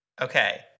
okay